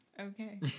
Okay